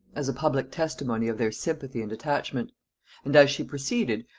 as a public testimony of their sympathy and attachment and as she proceeded,